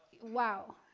wow